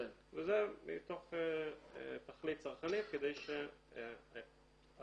וזה מתוך תכלית צרכנית כדי שהלקוח